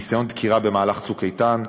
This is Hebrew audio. ניסיון דקירה במהלך "צוק איתן",